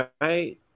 right